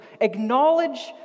acknowledge